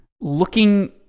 looking